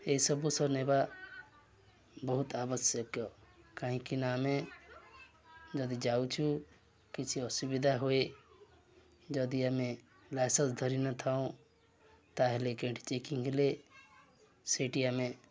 ଏଇସବୁ ସ ନେବା ବହୁତ ଆବଶ୍ୟକୀୟ କାହିଁକିନା ଆମେ ଯଦି ଯାଉଛୁ କିଛି ଅସୁବିଧା ହୁଏ ଯଦି ଆମେ ଲାଇସେନ୍ସ ଧରି ନଥାଉ ତା'ହେଲେ ଗେଟ୍ ଚେକିଙ୍ଗ୍ ହେଲେ ସେଇଠି ଆମେ